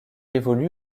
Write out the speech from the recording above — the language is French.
évolue